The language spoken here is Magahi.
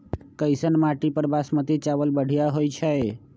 कैसन माटी पर बासमती चावल बढ़िया होई छई?